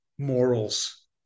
morals